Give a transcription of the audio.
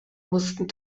mussten